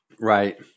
Right